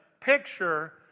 picture